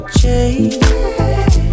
change